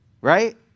right